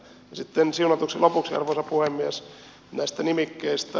sitten siunatuksi lopuksi arvoisa puhemies näistä nimikkeistä